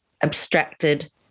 abstracted